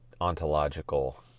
ontological